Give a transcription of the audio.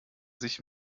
sich